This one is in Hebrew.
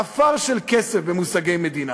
עפר של כסף במושגי מדינה.